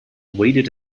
waited